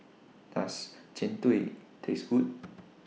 Does Jian Dui Taste Good